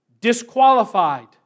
Disqualified